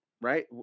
Right